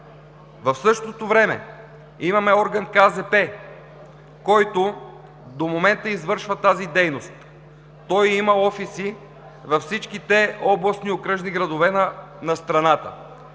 на потребителите, който до момента извършва тази дейност. Той има офиси във всичките областни и окръжни градове на страната.